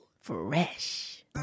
Fresh